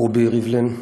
רובי ריבלין,